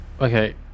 Okay